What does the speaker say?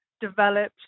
developed